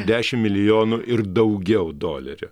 dešimt milijonų ir daugiau dolerių